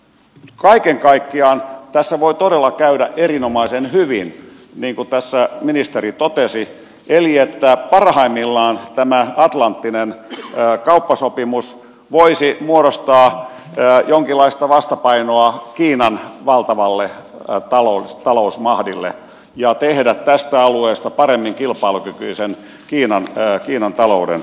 kaiken kaikkiaan tässä voi todella käydä erinomaisen hyvin niin kuin tässä ministeri totesi eli parhaimmillaan tämä atlanttinen kauppasopimus voisi muodostaa jonkinlaista vastapainoa kiinan valtavalle talousmahdille ja tehdä tästä alueesta paremmin kilpailukykyisen kiinan talouden kanssa